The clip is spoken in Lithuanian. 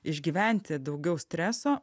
išgyventi daugiau streso